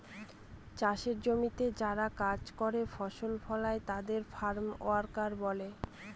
চাষের জমিতে যারা কাজ করে ফসল ফলায় তাদের ফার্ম ওয়ার্কার বলে